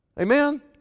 Amen